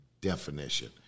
definition